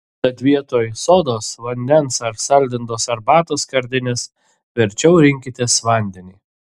tad vietoj sodos vandens ar saldintos arbatos skardinės verčiau rinkitės vandenį